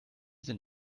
sind